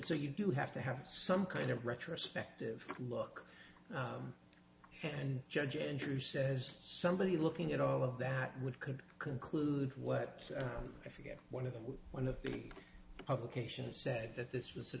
so you do have to have some kind of retrospective look and judge andrew says somebody looking at all of that would could conclude what if you get one of them one of the publications said that this was sort